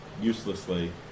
uselessly